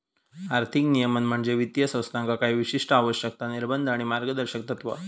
आर्थिक नियमन म्हणजे वित्तीय संस्थांका काही विशिष्ट आवश्यकता, निर्बंध आणि मार्गदर्शक तत्त्वा